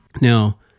Now